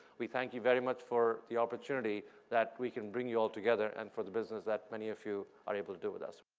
we thank you very much for the opportunity that we can bring you all together and for the business that many of you are able to do with us.